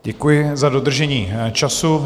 Děkuji za dodržení času.